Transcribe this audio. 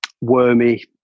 wormy